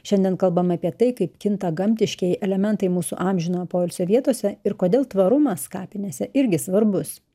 šiandien kalbam apie tai kaip kinta gamtiškieji elementai mūsų amžinojo poilsio vietose ir kodėl tvarumas kapinėse irgi svarbus